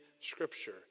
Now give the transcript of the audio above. Scripture